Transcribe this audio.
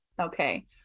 okay